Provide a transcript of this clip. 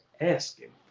asking